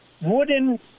wooden